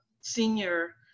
senior